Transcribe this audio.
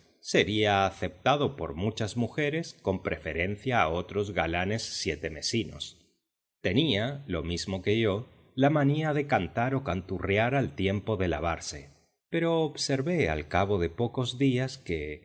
sería aceptado por muchas mujeres con preferencia a otros galanes sietemesinos tenía lo mismo que yo la manía de cantar o canturriar al tiempo de lavarse pero observé al cabo de pocos días que